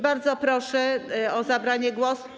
Bardzo proszę o zabranie głosu.